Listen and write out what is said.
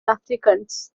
africans